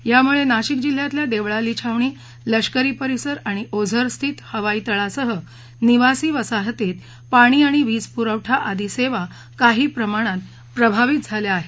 यामुळे नाशिक जिल्ह्यातल्या देवळाली छावणी लष्करी परिसर आणि ओझरस्थित हवाई तळासह निवासी वसाहतीत पाणी आणि वीज पुरवठा आदी सेवा काही प्रमाणात प्रभावित झाल्या आहेत